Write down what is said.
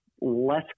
less